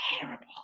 terrible